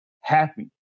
happy